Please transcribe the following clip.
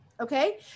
Okay